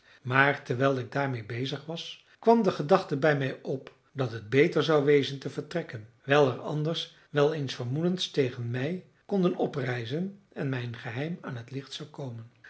maar terwijl ik daarmede bezig was kwam de gedachte bij mij op dat het beter zou wezen te vertrekken wijl er anders wel eens vermoedens tegen mij konden oprijzen en mijn geheim aan t licht zou komen